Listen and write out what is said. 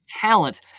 talent